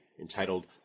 entitled